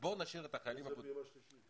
מה זה הפעימה השלישית?